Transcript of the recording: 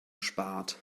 spart